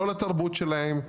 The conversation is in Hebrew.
לא לתרבות שלהם,